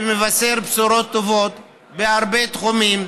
שמבשר בשורות טובות בהרבה תחומים.